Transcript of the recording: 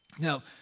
Now